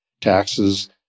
taxes